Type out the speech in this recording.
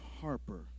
Harper